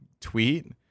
tweet